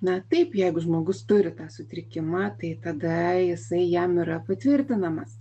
na taip jeigu žmogus turi tą sutrikimą tai tada jisai jam yra patvirtinamas